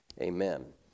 Amen